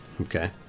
Okay